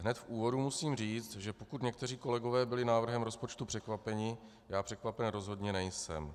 Hned v úvodu musím říct, že pokud někteří kolegové byli návrhem rozpočtu překvapeni, já překvapen rozhodně nejsem.